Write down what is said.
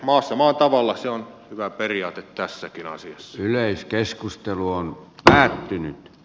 maassa maan tavalla se on hyvä periaate tässäkin asiassa yleiskeskustelu on päättynyt